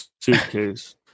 suitcase